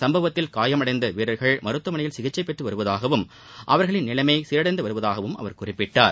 சம்பவத்தில் காயம் அடைந்த வீரர்கள் மருத்துவமனையில் சிகிச்சை பெற்று வருவதாகவும் அவர்களின் நிலைமை சீரடைந்து வருவதாகவும் அவர் குறிப்பிட்டார்